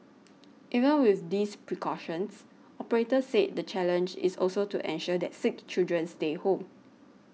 even with these precautions operators said the challenge is also to ensure that sick children stay home